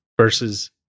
versus